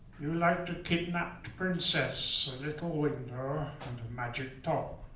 you liked a kidnapped princess, a little window, and a magic top.